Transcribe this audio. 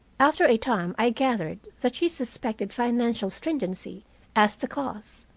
after a time i gathered that she suspected financial stringency as the cause,